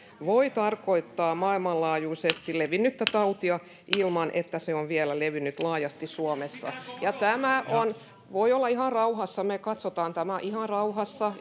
voi tarkoittaa maailmanlaajuisesti levinnyttä tautia ilman että se on vielä levinnyt laajasti suomessa voi olla ihan rauhassa me katsomme tämän ihan rauhassa